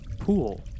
pool